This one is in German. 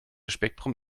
spektrum